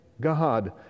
God